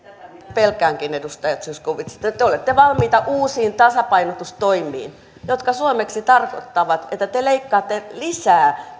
pelkäänkin edustaja zyskowicz että te olette valmiit uusiin tasapainotustoimiin jotka suomeksi tarkoittavat että te leikkaatte lisää